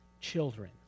children